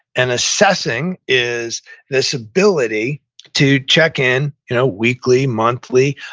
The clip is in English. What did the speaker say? and assessing is this ability to check in you know weekly, monthly,